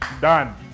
Done